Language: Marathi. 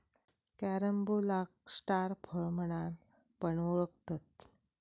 कॅरम्बोलाक स्टार फळ म्हणान पण ओळखतत